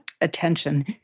attention